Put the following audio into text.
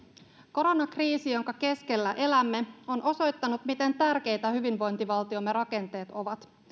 koronakriisi jonka keskellä elämme on osoittanut miten tärkeitä hyvinvointivaltiomme rakenteet ovat